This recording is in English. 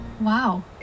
Wow